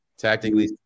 Tactically